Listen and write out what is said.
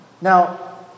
Now